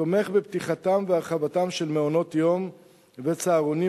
תומך בפתיחתם ובהרחבתם של מעונות-יום וצהרונים